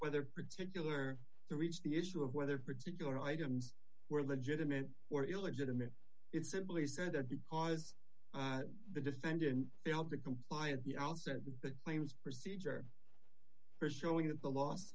for their particular to reach the issue of whether particular items were legitimate or illegitimate it simply said that because the defendant failed to comply at the outset the claims procedure for showing that the